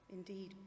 Indeed